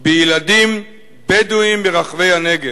בילדים בדואים ברחבי הנגב.